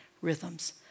rhythms